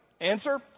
answer